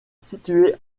située